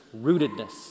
rootedness